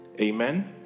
Amen